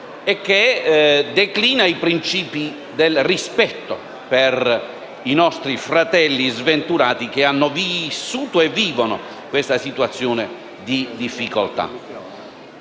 e che declina i principi del rispetto per i nostri fratelli sventurati che hanno vissuto e vivono questa situazione di difficoltà.